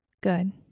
Good